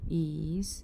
is